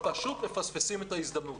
פשוט מפספסים את ההזדמנות.